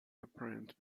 apparent